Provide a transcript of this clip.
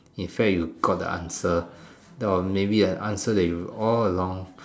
in fact you got the answer that of maybe an answer that you all along